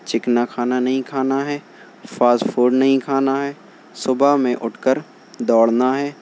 چکنا کھانا نہیں کھانا ہے فاسٹ فوڈ نہیں کھانا ہے صبح میں اٹھ کر دوڑنا ہے